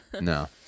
No